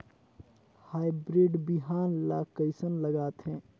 Hybrid बिहान ला कइसन लगाथे?